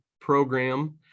program